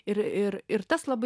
ir ir ir tas labai